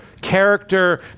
character